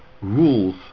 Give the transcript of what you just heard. rules